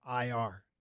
IR